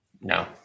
No